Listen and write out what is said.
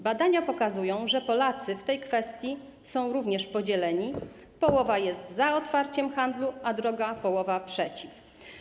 Badania pokazują, że Polacy w tej kwestii są również podzieleni: połowa jest za otwarciem handlu, a druga połowa przeciw.